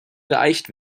geeicht